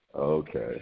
Okay